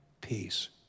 peace